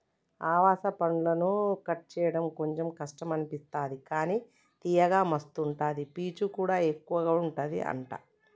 అనాస పండును కట్ చేయడం కొంచెం కష్టం అనిపిస్తది కానీ తియ్యగా మస్తు ఉంటది పీచు కూడా ఎక్కువుంటది అంట